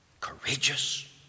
Courageous